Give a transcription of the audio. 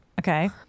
okay